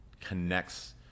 connects